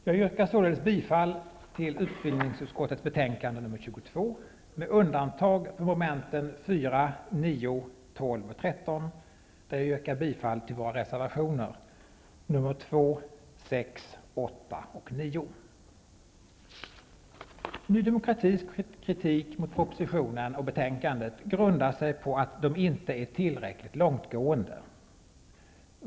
Jag yrkar således bifall till utbildningsutskottets hemställan i betänkande 22, med undantag för momenten 4, 9, 12 och 13, där jag yrkar bifall till våra reservationer nr 2, 6, 8 och 9. Ny demokratis kritik mot propositionen och betänkandet grundar sig på att de inte är tillräckligt långtgående.